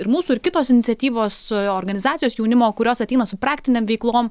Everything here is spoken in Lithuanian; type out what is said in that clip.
ir mūsų ir kitos iniciatyvos organizacijos jaunimo kurios ateina su praktinėm veiklom